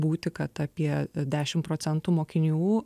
būti kad apie dešim procentų mokinių